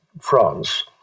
France